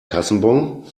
kassenbon